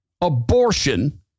abortion